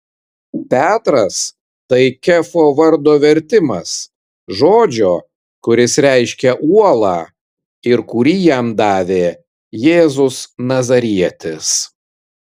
petras tai kefo vardo vertimas žodžio kuris reiškia uolą ir kurį jam davė jėzus nazarietis